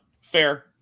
fair